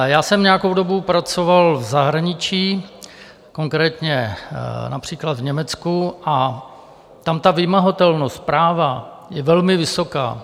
Já jsem nějakou dobu pracoval v zahraničí, konkrétně například v Německu, a tam vymahatelnost práva je velmi vysoká.